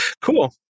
Cool